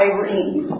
Irene